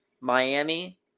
Miami